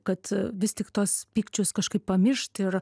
kad vis tik tuos pykčius kažkaip pamiršt ir